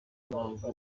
mpamvu